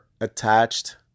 attached